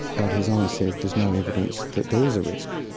but his honour said there's no evidence that there is a risk.